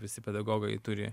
visi pedagogai turi